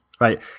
right